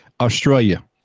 Australia